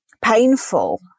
painful